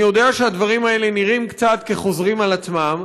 אני יודע שהדברים האלה נראים קצת כחוזרים על עצמם,